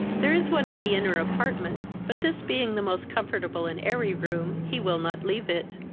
there is one in the inner apartment, but this being the most comfortable and airy room, he will not leave it.